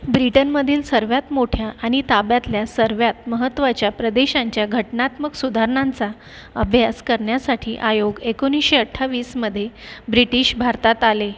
ब्रिटनमधील सर्व्यात मोठ्या आणि ताब्यातल्या सर्व्यात महत्त्वाच्या प्रदेशांच्या घटनात्मक सुधारणांचा अभ्यास करण्यासाठी आयोग एकोणीसशे अठ्ठावीसमध्ये ब्रिटिश भारतात आले